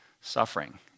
Suffering